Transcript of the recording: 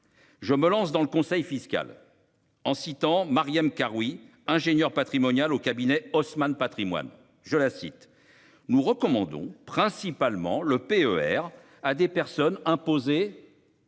Je me lance dans le conseil fiscal en citant Mariam Karoui ingénieur patrimonial au cabinet Haussmann Patrimoine, je la cite, nous recommandons principalement l'EPER à des personnes imposées